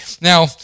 Now